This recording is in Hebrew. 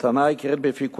הטענה העיקרית בפי כולם: